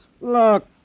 Look